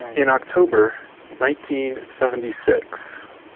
in october nineteen seventy six.